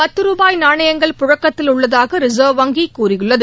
பத்து ரூபாய் நாணயங்கள் புழக்கத்தில் உள்ளதாக ரிச்வ் வங்கி கூறியுள்ளது